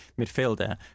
midfielder